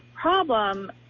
problem